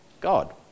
God